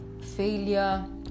failure